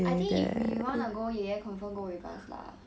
I think if we wanna go 爷爷 confirm go with us lah